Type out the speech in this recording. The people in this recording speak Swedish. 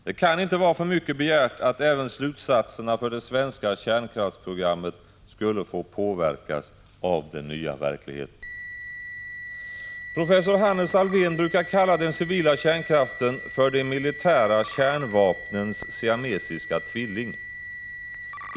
Det kan inte vara för mycket begärt att även slutsatserna för det svenska kärnkraftsprogrammet skulle få påverkas av den nya verkligheten. Professor Hannes Alfvén brukar kalla den civila kärnkraften för de militära kärnvapnens siamesiska tvilling.